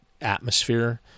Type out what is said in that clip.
atmosphere